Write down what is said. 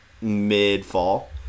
mid-fall